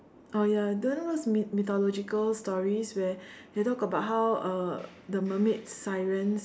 oh ya do you know what's myth~ mythological stories where they talk about how uh the mermaid's sirens